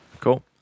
Cool